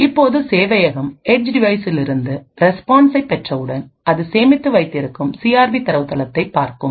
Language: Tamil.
இப்போது சேவையகம் ஏட்ஜ் டிவைஸ்சிலிருந்து ரெஸ்பான்சை பெற்றவுடன் அது சேமித்து வைத்திருக்கும் சிஆர்பி தரவுத்தளத்தைப் பார்க்கும்